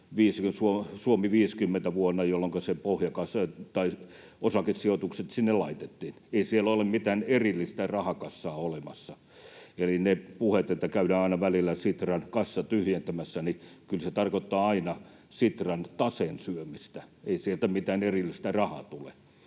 Suomi 50 ‑vuonna, jolloinka ne osakesijoitukset sinne laitettiin. Ei siellä ole mitään erillistä rahakassaa olemassa. Eli ne puheet, että käydään aina välillä Sitran kassa tyhjentämässä, kyllä tarkoittavat aina Sitran taseen syömistä. Ei sieltä mitään erillistä rahaa tule,